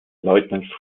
leutnant